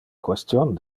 question